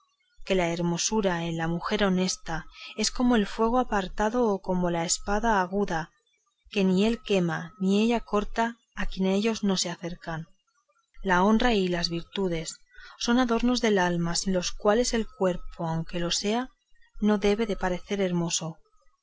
que la hermosura en la mujer honesta es como el fuego apartado o como la espada aguda que ni él quema ni ella corta a quien a ellos no se acerca la honra y las virtudes son adornos del alma sin las cuales el cuerpo aunque lo sea no debe de parecer hermoso